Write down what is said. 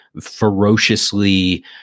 ferociously